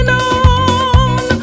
on